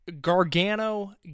Gargano